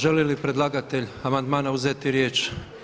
Želi li predlagatelj amandmana uzeti riječ?